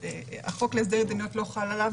החוק להסדר התדיינויות לא חל עליו,